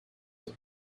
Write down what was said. what